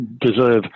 deserve